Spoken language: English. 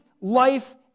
life